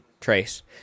Trace